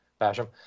Basham